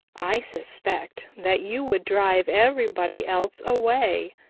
i suspect that you would drive everybody else away.